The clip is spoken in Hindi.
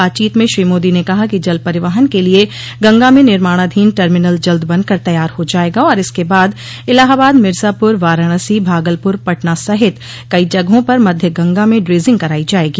बातचीत म श्री मोदी ने कहा कि जल परिवहन के लिए गंगा में निर्माणाधीन टर्मिनल जल्द बनकर तैयार हो जायेगा और इसके बाद इलाहाबाद मिर्जापुर वाराणसी भागलपुर पटना सहित कई जगहों पर मध्य गंगा में ड्रेजिग कराई जायेगी